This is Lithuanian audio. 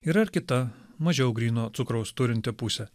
yra ir kita mažiau gryno cukraus turinti pusė